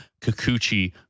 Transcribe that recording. Kikuchi